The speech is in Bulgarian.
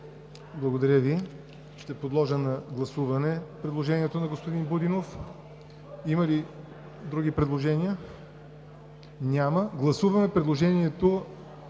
Благодаря Ви. Ще подложа на гласуване предложението на господин Будинов. Има ли други предложения? Няма. Гласуваме предложението